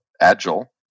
agile